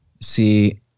see